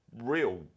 real